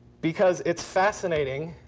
because it's fascinating,